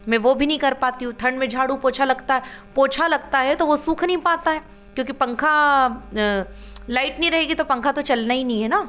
मैं वो भी नहीं कर पाती हूँ ठंड में झाड़ू पोंछा लगता है पोंछा लगता है तो वो सूख नहीं पाता है क्यूकि पंखा लाइट नहीं रहेगी तो पंखा तो चलना ही नहीं है न